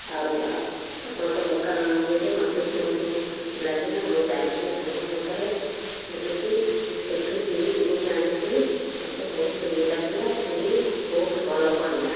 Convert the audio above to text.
ଆଉ ଆପଣଙ୍କ ଦୋକାନ ଇଏରେ ମୋତେ ଶୁଣିକି ବହୁତ ଖୁସି ଲାଗିଲା ମୁଁ ଯାଇଥିଲି ସାଙ୍ଗ ସାଙ୍ଗରେ ବୁଲିକି ସେଇଠୁ ଚୁଡ଼ି କିଣିକି ଆଣିଥିଲି ମୋତେ ବହୁତ ଇଏ ଲାଗିଲା ଚୁଡ଼ି ବହୁତ ଭଲ ପଡ଼ିଲା